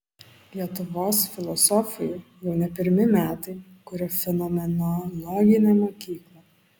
lietuvos filosofai jau ne pirmi metai kuria fenomenologinę mokyklą